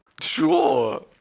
Sure